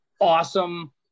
Awesome